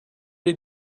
did